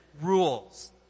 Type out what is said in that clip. rules